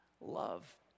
love